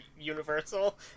Universal